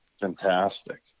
fantastic